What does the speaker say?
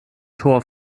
tor